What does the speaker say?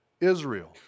Israel